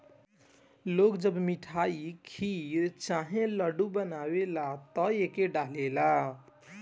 लोग जब मिठाई, खीर चाहे लड्डू बनावेला त एके डालेला